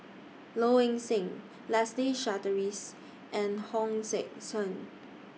Low Ing Sing Leslie Charteris and Hong Sek Chern